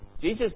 Jesus